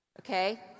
okay